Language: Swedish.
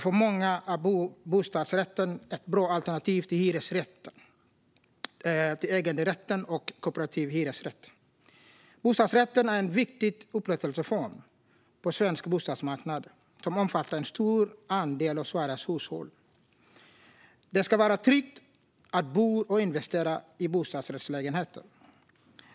För många är bostadsrätten ett bra alternativ till hyresrätt, äganderätt och kooperativ hyresrätt. Bostadsrätten är en viktig upplåtelseform på svensk bostadsmarknad, och den omfattar en stor andel av Sveriges hushåll. Det ska vara tryggt att bo och investera i bostadsrättslägenheter.